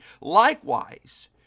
Likewise